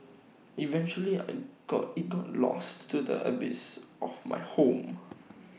eventually I got IT got lost to the abyss of my home